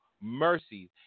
mercies